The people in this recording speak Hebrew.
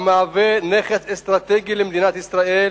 אזור משופע באוצרות טבע ייחודיים המהווה נכס אסטרטגי למדינת ישראל,